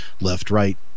left-right